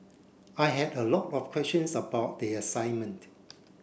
I had a lot of questions about the assignment